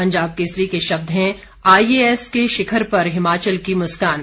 पंजाब केसरी के शब्द हैं आई ए एस के शिखर पर हिमाचल की मुस्कान